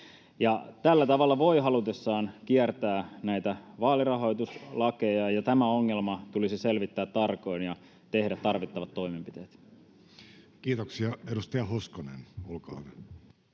Tällä tavalla voi halutessaan kiertää näitä vaalirahoituslakeja, ja tämä ongelma tulisi selvittää tarkoin ja tehdä tarvittavat toimenpiteet. Kiitoksia. — Edustaja Hoskonen, olkaa hyvä.